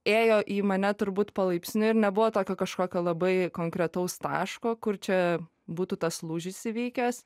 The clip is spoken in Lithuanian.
ėjo į mane turbūt palaipsniui ir nebuvo tokio kažkokio labai konkretaus taško kur čia būtų tas lūžis įvykęs